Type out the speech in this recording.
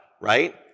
right